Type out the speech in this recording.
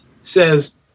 says